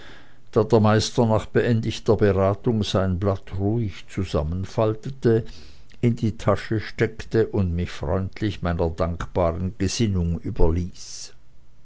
der meister nach beendigter beratung sein blatt ruhig zusammenfaltete in die tasche steckte und mich freundlich meiner dankbaren gesinnung überließ